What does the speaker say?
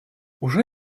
уже